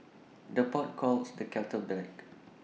the pot calls the kettle black